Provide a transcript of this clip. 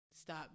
stop